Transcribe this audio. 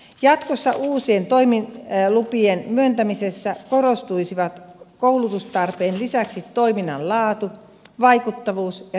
jatkossa uusien toimilupien myöntämisessä korostuisivat koulutustarpeen lisäksi toiminnan laatu vaikuttavuus ja tehokkuus